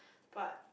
but